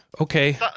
okay